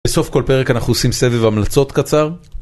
בסוף כל פרק אנחנו עושים סבב המלצות קצר